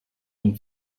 and